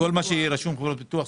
היכן שיהיה רשום חברות ביטוח,